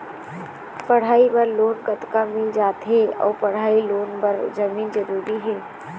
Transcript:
पढ़ई बर लोन कतका मिल जाथे अऊ पढ़ई लोन बर जमीन जरूरी हे?